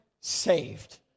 saved